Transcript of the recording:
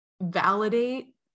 validate